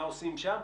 מה עושים שם,